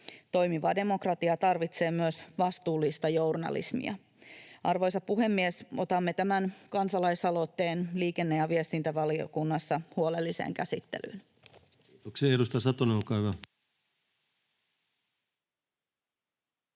Toimiva demokratia tarvitsee myös vastuullista journalismia. Arvoisa puhemies! Otamme tämän kansalaisaloitteen liikenne- ja viestintävaliokunnassa huolelliseen käsittelyyn. [Speech 232] Speaker: